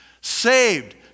Saved